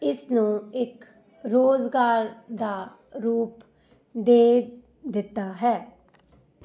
ਇਸ ਨੂੰ ਇੱਕ ਰੁਜ਼ਗਾਰ ਦਾ ਰੂਪ ਦੇ ਦਿੱਤਾ ਹੈ